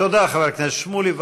תודה, חבר הכנסת שמולי.